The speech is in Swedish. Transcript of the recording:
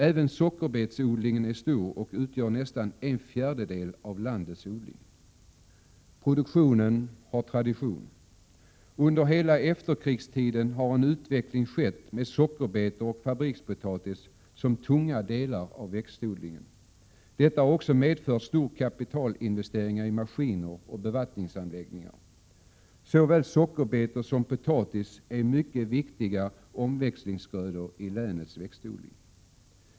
Även sockerbetsodlingen är stor och utgör nästan en fjärdedel av landets odling. Produktionen har tradition. Under hela efterkrigstiden har en utveckling skett med sockerbetor och fabrikspotatis som tunga delar av växtodlingen. Detta har också medfört stora kapitalinvesteringar i maskiner och bevattningsanläggningar. Såväl sockerbetor som potatis är mycket viktiga omväxlingsgrödor i länets växtodling.